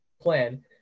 plan